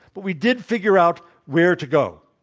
but we did figure out where to go.